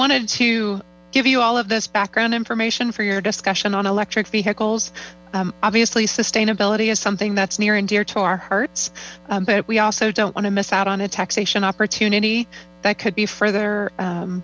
wanted to give you all of this background information for your discussion on electric vehicles obviously sustainability is something that's near and dear to our hearts but we also don't want to miss out on a taxation opportunity that could be further